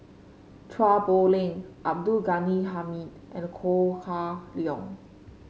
Chua Poh Leng Abdul Ghani Hamid and Ko Hah Leong